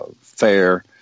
fair